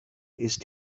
ist